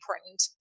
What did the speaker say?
important